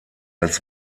als